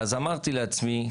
אז אמרתי לעצמי,